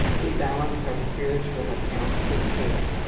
we balance our spiritual accounts with care.